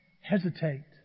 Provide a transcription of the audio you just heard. hesitate